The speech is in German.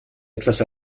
etwas